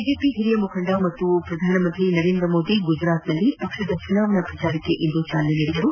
BJP ಹಿರಿಯ ಮುಖಂಡ ಹಾಗೂ ಪ್ರಧಾನ ಮಂತ್ರಿ ನರೇಂದ್ರ ಮೋದಿ ಗುಜರಾತ್ ನಲ್ಲಿ ಪಕ್ಷದ ಚುನಾವಣಾ ಪ್ರಚಾರಕ್ಷೆ ಚಾಲನೆ ನೀಡಿದರು